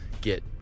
get